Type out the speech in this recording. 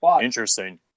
Interesting